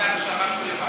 עושה הכשרה.